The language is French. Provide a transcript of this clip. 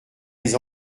les